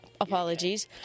Apologies